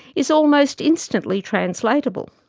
is almost instantly translatable.